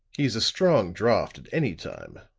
he's a strong draught at any time,